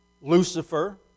Lucifer